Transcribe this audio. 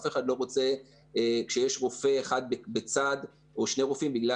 אף אחד לא רוצה כשיש רופא אחד בצד או שני רופאים בגלל